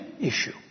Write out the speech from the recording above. issue